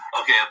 Okay